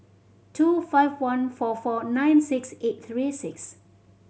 two five one four four nine six eight three six